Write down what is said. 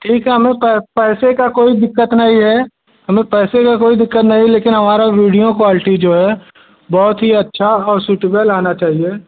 ठीक है हमें पैसे की कोई दिक्कत नहीं है हमें पैसे की कोई दिक्कत नहीं लेकिन हमारी वीडियो क्वालटी जो है बहुत ही अच्छा और सूटेबल आना चाहिए